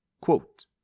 Quote